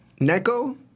Neko